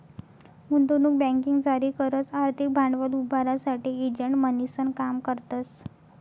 गुंतवणूक बँकिंग जारी करस आर्थिक भांडवल उभारासाठे एजंट म्हणीसन काम करतस